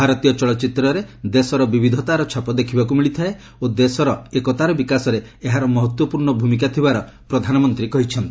ଭାରତୀୟ ଚଳଚ୍ଚିତ୍ରରେ ଦେଶର ବିବିଧତାର ଛାପ ଦେଖିବାକୁ ମିଳିଥାଏ ଓ ଦେଶର ଏକତାର ବିକାଶରେ ଏହାର ମହତ୍ୱପୂର୍ଣ୍ଣ ଭୂମିକା ଥିବାର ପ୍ରଧାନମନ୍ତ୍ରୀ କହିଛନ୍ତି